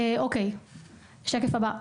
שקף הבא.